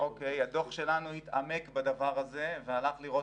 הדוח שלנו התעמק בדבר הזה והלך לראות